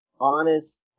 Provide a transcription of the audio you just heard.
honest